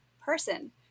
person